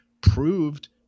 proved